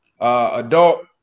adult